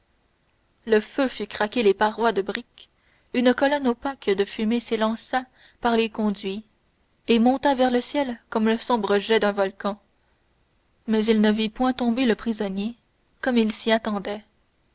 le feu fit craquer les parois de brique une colonne opaque de fumée s'élança par les conduits et monta vers le ciel comme le sombre jet d'un volcan mais il ne vit point tomber le prisonnier comme il s'y attendait